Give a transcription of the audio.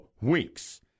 weeks